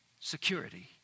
Security